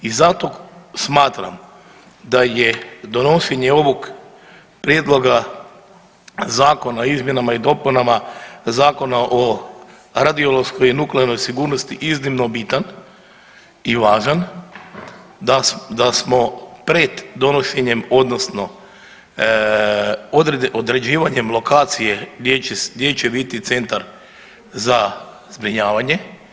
I zato smatram da je donošenje ovog Prijedloga zakona o izmjenama i dopunama Zakona o radiološkoj i nuklearnoj sigurnosti iznimno bitan i važan, da smo pred donošenjem, odnosno određivanjem lokacije gdje će biti centar za zbrinjavanje.